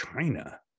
China